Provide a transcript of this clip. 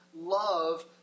love